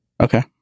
Okay